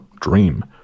dream